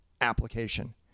application